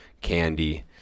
candy